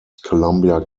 columbia